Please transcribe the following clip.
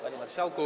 Panie Marszałku!